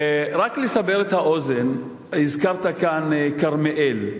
רק לסבר את האוזן, הזכרת כאן את כרמיאל.